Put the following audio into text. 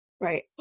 right